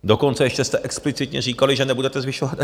Dokonce ještě jste explicitně říkali, že nebudete zvyšovat daně.